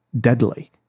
deadly